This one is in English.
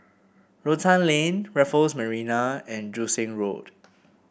Rotan Lane Raffles Marina and Joo Seng Road